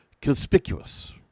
conspicuous